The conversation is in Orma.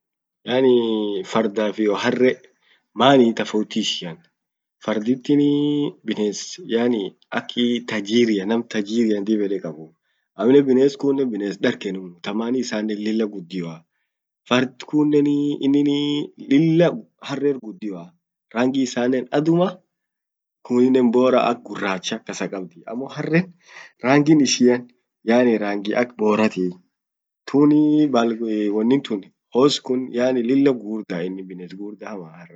Yani fardaf iyo harre manii tofauti ishia. farditini bines yani aki tajiria nam tajirian dib yede qabuu. aminen bines kunen bines darganunu tamani isanen lilla gudioa. fard kuneni ininii lilla harrer gudioa rangi isanen aduma kuninen boora ak guracha kasa qabdi. amo harren rangi ishian yani rangi ak boratii tunii wonin tun horse kun yani lilla gugurda inin bines gugurda hama harren.